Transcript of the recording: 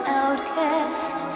outcast